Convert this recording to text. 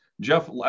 Jeff